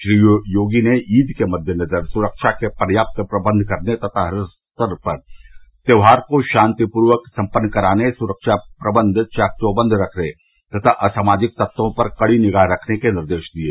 श्री योगी ने ईद के मद्देनजर सुरक्षा के पर्याप्त प्रबंध करने तथा हर स्तर पर त्यौहार को शान्ति पूर्वक सम्पन्न कराने सुरक्षा प्रबंध चाक चौबंध रखने तथा असामाजिक तर्वों पर कड़ी निगाह रखने के निर्देश दिये